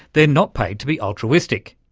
they're not paid to be altruistic.